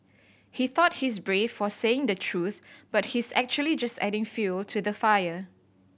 he thought he's brave for saying the truth but he's actually just adding fuel to the fire